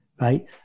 right